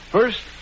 First